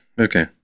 okay